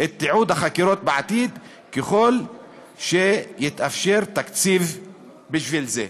את תיעוד החקירות בעתיד ככל שיתאפשר תקציב בשביל זה".